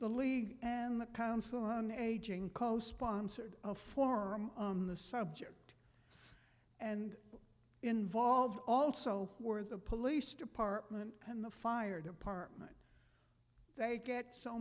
the league and the council on aging co sponsored a forum on the subject and involved also were the police department and the fire department they get so